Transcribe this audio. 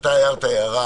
אתה הערת הערה